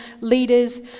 leaders